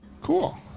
Cool